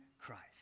Christ